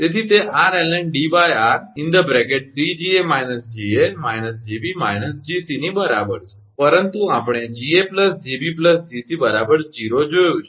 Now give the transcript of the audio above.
તેથી તે 𝑟ln𝐷𝑟3𝐺𝑎 − 𝐺𝑎 − 𝐺𝑏 − 𝐺𝑐 ની બરાબર છે પરંતુ આપણે 𝐺𝑎 𝐺𝑏 𝐺𝑐 0 જોયું છે